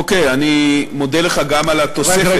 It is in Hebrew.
אוקיי, אני מודה לך גם על התוספת,